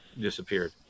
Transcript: disappeared